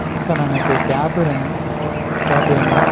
sir எனக்கு கேபு ரென் கேபு வேணும்